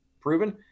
proven